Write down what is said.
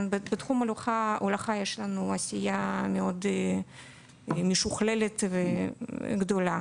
בתחום ההולכה יש לנו עשייה מאוד משוכללת וגדולה.